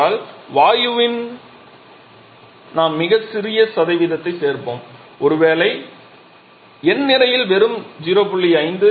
seeding என்றால் வாயுவில் நாம் மிகச் சிறிய சதவீதத்தைச் சேர்ப்போம் ஒருவேளை என் நிறையில் வெறும் 0